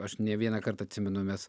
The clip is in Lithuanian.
aš ne vienąkart atsimenu mes